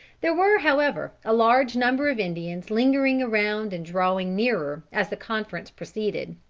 there were, however, a large number of indians lingering around and drawing nearer as the conference proceeded.